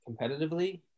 competitively